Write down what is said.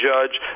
Judge